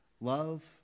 love